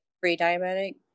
pre-diabetic